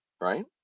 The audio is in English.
right